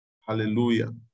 Hallelujah